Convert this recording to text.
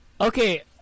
Okay